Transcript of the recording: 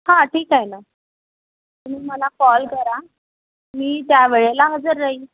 हां ठीक आहे ना तुम्ही मला कॉल करा मी त्या वेळेला हजर राहीन